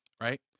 right